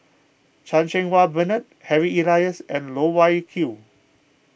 Chan Cheng Wah Bernard Harry Elias and Loh Wai Kiew